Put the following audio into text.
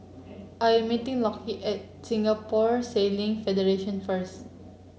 I am meeting Lockie at Singapore Sailing Federation first